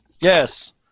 Yes